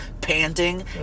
panting